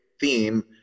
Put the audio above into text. theme